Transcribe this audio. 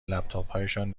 لپتاپهایشان